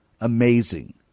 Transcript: amazing